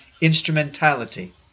instrumentality